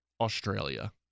Australia